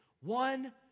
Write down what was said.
One